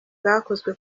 bwakozwe